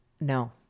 No